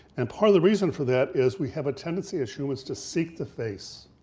and part of the reason for that is we have a tendency as humans to seek the face.